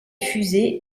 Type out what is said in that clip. fusées